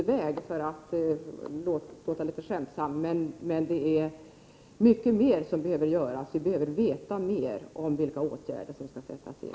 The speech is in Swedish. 1988/89:124 på god väguttrycket låter litet skämtsamt i denna debatt - men mer behöver göras och vi behöver veta mer om vilka åtgärder som bör sättas in.